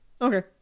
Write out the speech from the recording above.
Okay